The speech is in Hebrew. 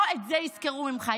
לא את זה יזכרו ממך.